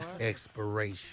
Expiration